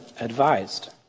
advised